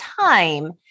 time